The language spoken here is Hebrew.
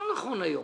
לא נכון היום.